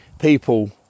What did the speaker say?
people